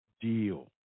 deal